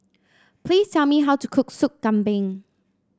please tell me how to cook Soup Kambing